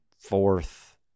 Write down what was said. fourth